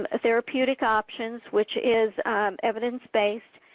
ah therapeutic options which is evidence-based,